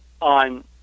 on